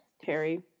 Harry